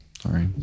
Sorry